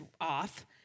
off